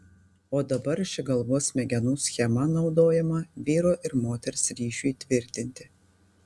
o dabar ši galvos smegenų schema naudojama vyro ir moters ryšiui tvirtinti